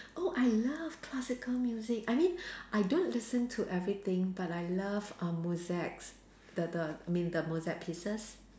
oh I love classical music I mean I don't listen to everything but I love uh Mozart's the the I mean the Mozart pieces